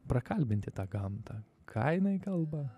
prakalbinti tą gamtą ką jinai kalba